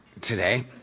today